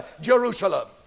Jerusalem